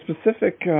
specific